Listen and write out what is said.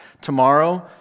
Tomorrow